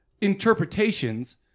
interpretations